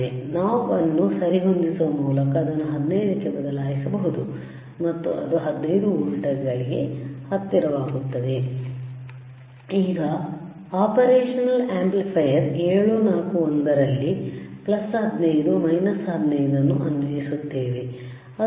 knob ಅನ್ನು ಸರಿಹೊಂದಿಸುವ ಮೂಲಕ ಅದನ್ನು 15 ಕ್ಕೆ ಬದಲಾಯಿಸಬಹುದು ಮತ್ತು ಅದು 15 ವೋಲ್ಟ್ಗಳಿಗೆ ಹತ್ತಿರವಾಗುತ್ತದೆ ಈಗ ಆಪರೇಷನಲ್ ಆಂಪ್ಲಿಫೈಯರ್ 741 ರಲ್ಲಿ 15 15 ಅನ್ನು ಅನ್ವಯಿಸುತ್ತೇವೆ